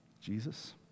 Jesus